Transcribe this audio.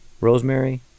Rosemary